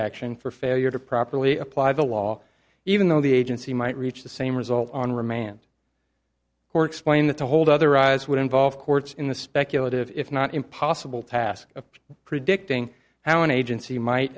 action for failure to properly apply the law even though the agency might reach the same result on remand or explain that the hold otherwise would involve courts in the speculative if not impossible task of predicting how an agency might